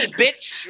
bitch